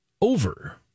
over